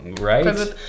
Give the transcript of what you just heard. Right